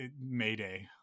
Mayday